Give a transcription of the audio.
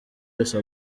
wese